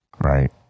right